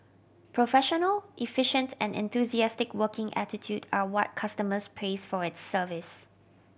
professional efficient and enthusiastic working attitude are what customers praise for its service